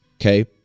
okay